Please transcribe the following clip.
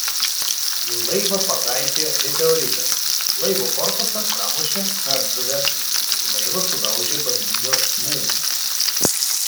į laivą pataikė meteoritas laivo korpusą pramušė kardžuvė laivą sudaužė banginio smūgis